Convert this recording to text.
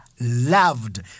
loved